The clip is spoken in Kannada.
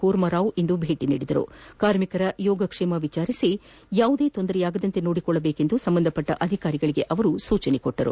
ಕೂರ್ಮಾರಾವ್ ಇಂದು ಬೇಟಿ ನೀಡಿ ಕಾರ್ಮಿಕರ ಯೋಗಕ್ಷೇಮ ವಿಚಾರಿಸಿ ಕಾರ್ಮಿಕರಿಗೆ ಯಾವುದೇ ತೊಂದರೆಯಾಗದಂತೆ ನೋಡಿಕೊಳ್ಳಬೇಕೆಂದು ಸಂಬಂಧಪಟ್ಸ ಅಧಿಕಾರಿಗಳಿಗೆ ಸೂಚಿಸಿದರು